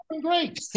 great